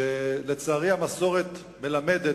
שלצערי המסורת מלמדת,